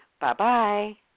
Bye-bye